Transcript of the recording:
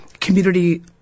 community